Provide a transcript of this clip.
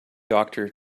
doctor